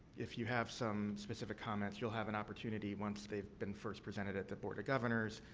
if you have some specific comments, you'll have an opportunity, once they've been first presented at the board of governors,